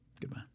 Goodbye